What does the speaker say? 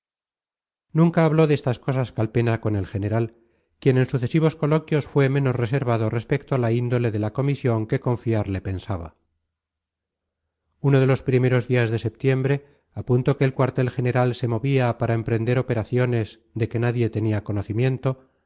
nunca habló de estas cosas calpena con el general quien en sucesivos coloquios fue menos reservado respecto a la índole de la comisión que confiarle pensaba uno de los primeros días de septiembre a punto que el cuartel general se movía para emprender operaciones de que nadie tenía conocimiento